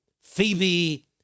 Phoebe